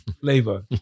flavor